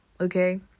okay